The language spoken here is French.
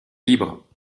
libre